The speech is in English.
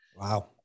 Wow